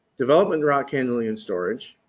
development rock handling and storage,